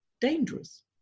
dangerous